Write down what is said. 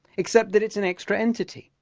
except that it's an extra entity.